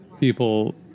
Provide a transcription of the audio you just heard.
people